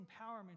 empowerment